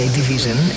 Division